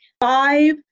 Five